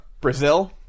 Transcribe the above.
Brazil